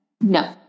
No